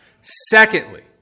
Secondly